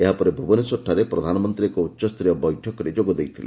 ଏହାପରେ ଭୁବନେଶ୍ୱରଠାରେ ପ୍ରଧାନମନ୍ତ୍ରୀ ଏକ ଉଚ୍ଚସ୍ତରୀୟ ବୈଠକରେ ଯୋଗ ଦେଇଥିଲେ